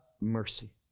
mercy